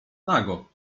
nago